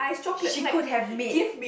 she could have made